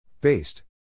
Based